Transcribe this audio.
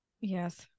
yes